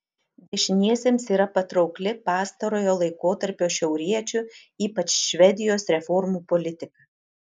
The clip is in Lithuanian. dešiniesiems yra patraukli pastarojo laikotarpio šiauriečių ypač švedijos reformų politika